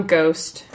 Ghost